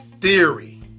theory